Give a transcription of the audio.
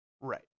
right